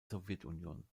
sowjetunion